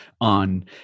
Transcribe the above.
on